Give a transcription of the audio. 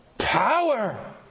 power